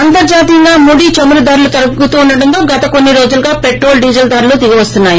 అంతర్జాతీయంగా ముడి చమురు ధరలు తగ్గుతుండటంతో గత కొన్ని రోజులుగా పెట్రోల్ డీజల్ ధరలు దిగివస్తున్నాయి